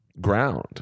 ground